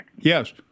Yes